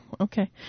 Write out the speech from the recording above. okay